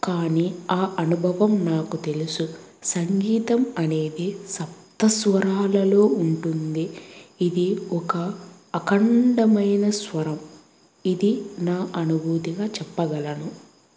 కానీ ఆ అనుభవం నాకు తెలుసు సంగీతం అనేది సప్త స్వరాలలో ఉంటుంది ఇది ఒక అఖండమైన స్వరం ఇది నా అనుభూతిగా చెప్పగలను